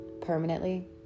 permanently